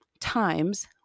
times